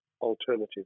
alternative